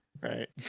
right